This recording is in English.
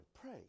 Pray